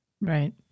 right